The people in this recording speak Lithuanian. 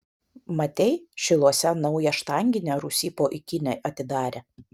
matei šiluose naują štanginę rūsy po ikine atidarė